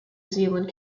zealand